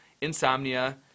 insomnia